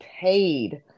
paid